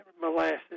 molasses